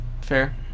fair